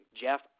Jeff